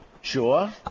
Sure